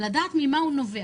אני רוצה לדעת ממה הוא נובע.